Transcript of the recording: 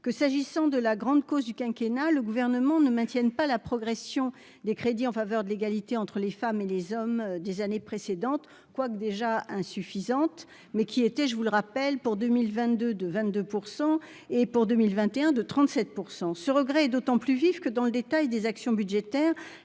que s'agissant de la grande cause du quinquennat le gouvernement ne maintiennent pas la progression des crédits en faveur de l'égalité entre les femmes et les hommes des années précédentes, quoique déjà insuffisante mais qui était, je vous le rappelle, pour 2022 de 22 % et pour 2021 de 37 % ce regret est d'autant plus vive que dans le détail des actions budgétaire